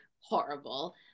horrible